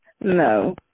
No